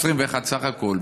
21 סך הכול,